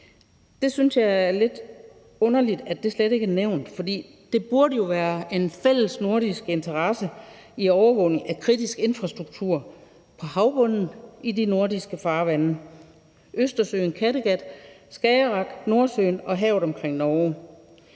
Jeg synes, det er lidt underligt, at det slet ikke er nævnt, for det burde jo være i en fælles nordisk interesse at overvåge kritisk infrastruktur på havbunden i de nordiske farvande som Østersøen, Kattegat, Skagerrak, Nordsøen og havet omkring Norge.